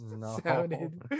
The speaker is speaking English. Sounded